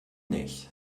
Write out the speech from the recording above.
nicht